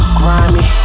grimy